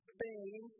Spain